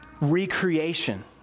recreation